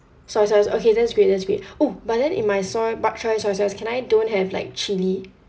soy sauce okay that's great that's great oh but then in my soy bak choy soy sauce can I don't have like chilli